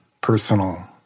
personal